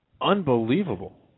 Unbelievable